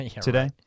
today